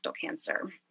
cancer